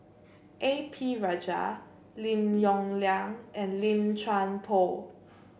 A P Rajah Lim Yong Liang and Lim Chuan Poh